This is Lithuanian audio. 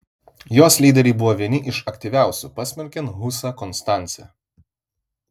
jos lyderiai buvo vieni iš aktyviausių pasmerkiant husą konstance